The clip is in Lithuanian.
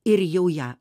ir jau ją